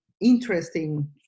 interesting